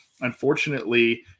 Unfortunately